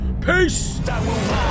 Peace